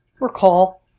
recall